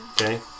Okay